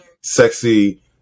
sexy